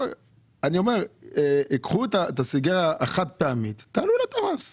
קחו את הסיגריה החד פעמית ותעלו את המס.